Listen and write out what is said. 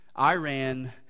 Iran